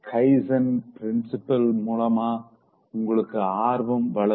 kaizen principle மூலமா உங்களுக்கு ஆர்வம் வளரும்